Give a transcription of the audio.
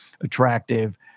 attractive